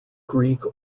greek